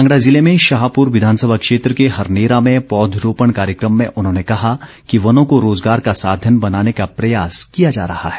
कांगड़ा जिले में शाहपुर विधानसभा क्षेत्र के हरनेरा में पौधरोपण कार्यक्रम में उन्होंने कहा कि वनों को रोजगार का साधन बनाने का प्रयास किया जा रहा है